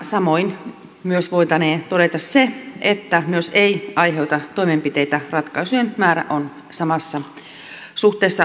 samoin voitaneen todeta se että myös ei aiheuta toimenpiteitä ratkaisujen määrä on samassa suhteessa lisääntynyt